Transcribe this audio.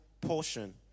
portion